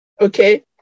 Okay